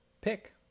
pick